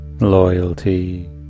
loyalty